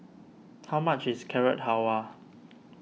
how much is Carrot Halwa